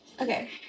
Okay